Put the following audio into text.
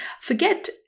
Forget